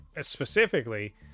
Specifically